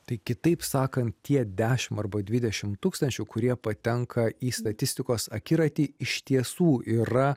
tai kitaip sakant tie dešim arba dvidešim tūkstančių kurie patenka į statistikos akiratį iš tiesų yra